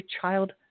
child